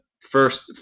first